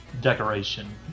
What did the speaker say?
decoration